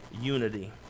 unity